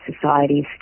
societies